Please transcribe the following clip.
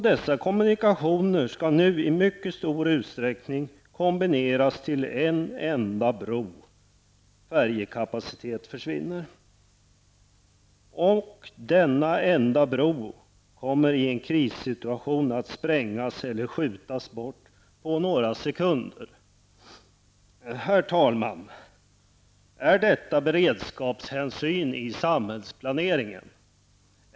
Dessa kommunikationer skall nu i mycket stor utsträckning kombineras till en enda bro. Färjekapacitet försvinner. Denna enda bro kommer i en krissituation att sprängas eller skjutas bort på några sekunder. Herr talman! Är detta beredskapshänsyn i samhällsplaneringen?